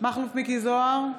מכלוף מיקי זוהר,